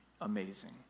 amazing